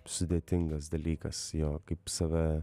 sudėtingas dalykas jo kaip save